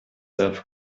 have